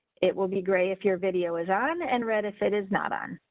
it will be gray. if your video is on and red if it is not on.